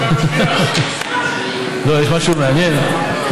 יש משהו מעניין.